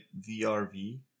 VRV